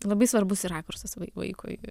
labai svarbus ir rakursas vai vaikui